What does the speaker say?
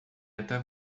até